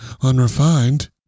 Unrefined